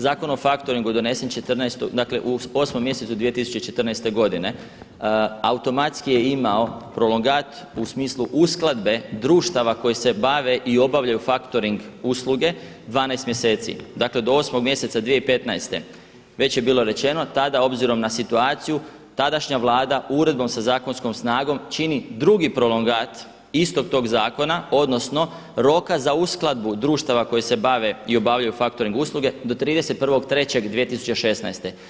Zakon o faktoringu donese u 8. mjesecu 2014. godine, automatski je imao prolongat u smislu uskladbe društava koje se bave i obavljaju faktoring usluge 12 mjeseci, dakle do 8. mjeseca 2015. već je bilo rečeno tada obzirom na situaciju tadašnja vlada uredbom sa zakonskom snagom čini drugi prolongat istog tog zakona odnosno roka za uskladbu društava koje se bave i obavljaju faktoring usluge do 31.3.2016.